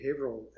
behavioral